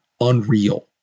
unreal